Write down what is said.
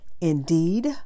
Indeed